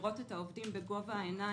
לראות את העובדים בגובה העיניים,